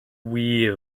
wir